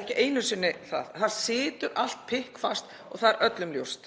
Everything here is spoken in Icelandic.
ekki einu sinni það. Það situr allt pikkfast og það er öllum ljóst.